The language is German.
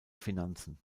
finanzen